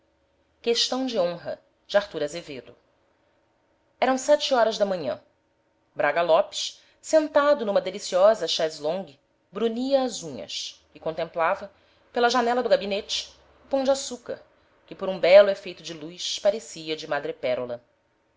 desconhecido de honra de ator zevedo eram sete horas da manhã braga lopes sentado numa deliciosa chaise longue brunia as unhas e contemplava pela janela do gabinete o pão de açúcar que por um belo efeito de luz parecia de madrepérola